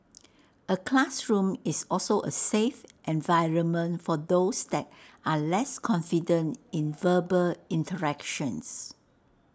A classroom is also A 'safe' environment for those that are less confident in verbal interactions